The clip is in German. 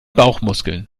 bauchmuskeln